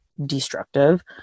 destructive